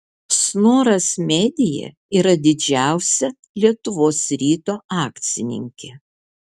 snoras media yra didžiausia lietuvos ryto akcininkė